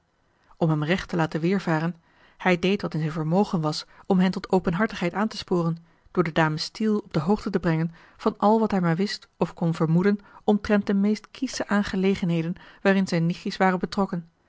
om hem recht te laten weervaren hij deed wat in zijn vermogen was om hen tot openhartigheid aan te sporen door de dames steele op de hoogte te brengen van al wat hij maar wist of kon vermoeden omtrent de meest kiesche aangelegenheden waarin zijne nichtjes waren betrokken